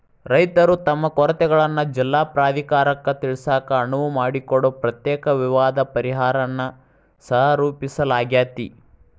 ರೈತರು ತಮ್ಮ ಕೊರತೆಗಳನ್ನ ಜಿಲ್ಲಾ ಪ್ರಾಧಿಕಾರಕ್ಕ ತಿಳಿಸಾಕ ಅನುವು ಮಾಡಿಕೊಡೊ ಪ್ರತ್ಯೇಕ ವಿವಾದ ಪರಿಹಾರನ್ನ ಸಹರೂಪಿಸಲಾಗ್ಯಾತಿ